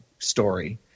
story